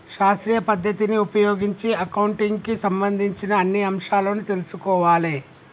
శాస్త్రీయ పద్ధతిని ఉపయోగించి అకౌంటింగ్ కి సంబంధించిన అన్ని అంశాలను తెల్సుకోవాలే